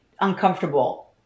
uncomfortable